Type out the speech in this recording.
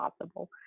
possible